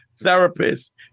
therapist